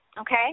okay